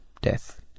death